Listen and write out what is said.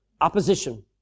opposition